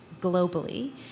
globally